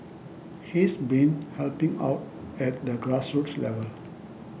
he's been helping out at the grassroots level